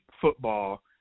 football